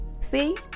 See